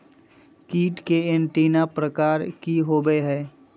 कीट के एंटीना प्रकार कि होवय हैय?